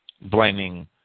blaming